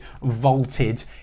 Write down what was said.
vaulted